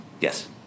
Yes